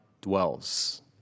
dwells